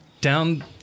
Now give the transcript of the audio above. down